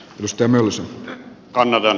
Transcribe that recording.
jos temmellys kannalla